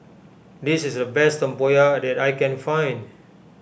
this is the best Tempoyak that I can find